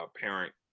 parent